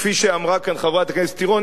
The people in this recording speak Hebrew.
כפי שאמרה כאן חברת הכנסת תירוש,